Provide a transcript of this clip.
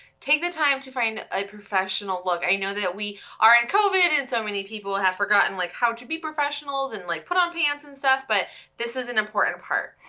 take the time to find a professional look. i know that we are in covid and so many people have forgotten like how to be professionals and like put on pants and stuff. but this is an important part.